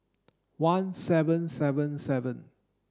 one seven seven seven